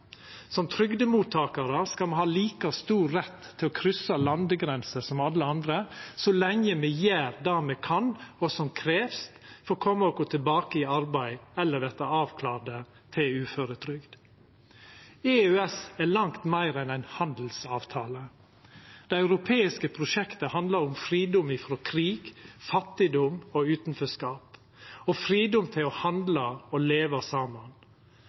Som trygdemottakarar skal me ha like stor rett til å kryssa landegrenser som alle andre, så lenge me gjer det me kan, og som krevst, for å koma oss tilbake i arbeid eller verta avklarte til uføretrygd. EØS er langt meir enn ein handelsavtale. Det europeiske prosjektet handlar om fridom frå krig, fattigdom og utanforskap og fridom til å handla og leva saman.